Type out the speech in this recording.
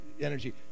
energy